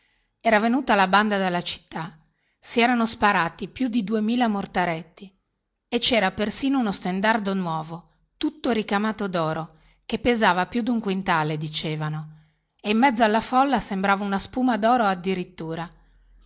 era venuta la banda dalla città si erano sparati più di duemila mortaretti e cera persino uno stendardo nuovo tutto ricamato doro che pesava più dun quintale dicevano e in mezzo alla folla sembrava una spuma doro addirittura